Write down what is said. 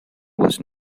was